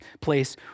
place